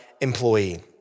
employee